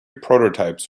prototypes